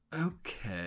Okay